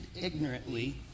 ignorantly